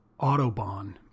Autobahn